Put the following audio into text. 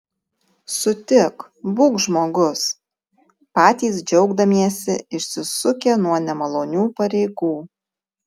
sutik būk žmogus patys džiaugdamiesi išsisukę nuo nemalonių pareigų